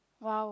!wow!